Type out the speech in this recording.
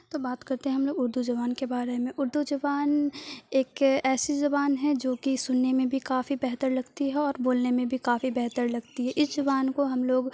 بات کرتے ہیں ہم لوگ اردو زبان کے بارے میں اردو زبان ایک ایسی زبان ہے جو کہ سننے میں بھی کافی بہتر لگتی ہے اور بولنے میں بھی کافی بہتر لگتی ہے اس زبان کو ہم لوگ